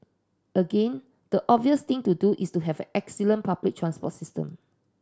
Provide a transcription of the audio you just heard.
again the obvious thing to do is to have excellent public transport system